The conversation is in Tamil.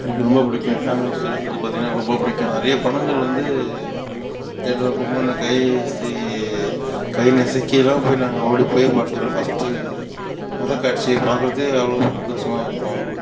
எனக்கு ரொம்ப பிடிக்கும் ஃபேம்லி ஸ்டோரீஸ் வந்து பார்த்திங்கனா எனக்கு ரொம்ப பிடிக்கும் நிறைய படங்கள் வந்து தேட்டருல போகும்போது நான் கை சி கை நசுக்கிலாம் போய் நாங்கள் ஓடிப்போய் பார்த்துருக்கோம் ஃபஸ்ட்டு மொதல் காட்சியை பார்க்குறதே அவ்வளோ சந்தோஷமாருக்கும்